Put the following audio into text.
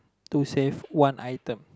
to save one item